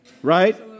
Right